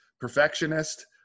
perfectionist